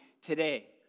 today